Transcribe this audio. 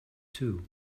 too